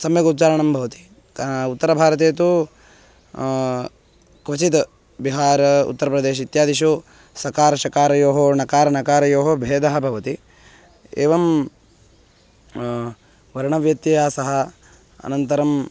सम्यक् उच्चारणं भवति उत्तरभारते तु क्वचित् बिहार् उत्तरप्रदेश् इत्यादिषु सकारशकारयोः णकारनकारयोः भेदः भवति एवं वर्णव्यत्यासः अनन्तरं